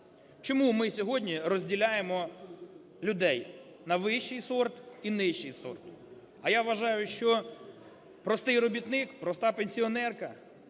Чому ми сьогодні розділяємо людей на вищий сорт і нижчий сорт? А я вважаю, що простий робітник, проста пенсіонерка,